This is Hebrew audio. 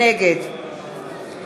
נגד